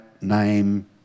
name